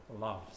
loves